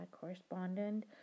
correspondent